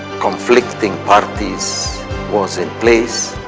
conflicting parties was in place,